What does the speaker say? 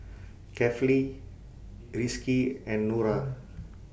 Kefli Rizqi and Nura